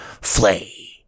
flay